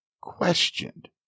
questioned